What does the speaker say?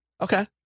Okay